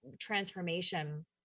Transformation